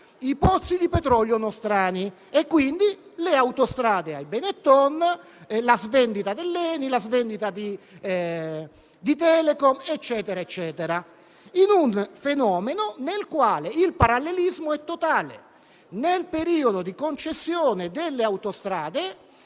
i pozzi di petrolio nostrani, con le autostrade date ai Benetton e la svendita dell'Eni e di Telecom, un fenomeno nel quale il parallelismo è totale. Nel periodo di concessione delle autostrade,